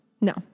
No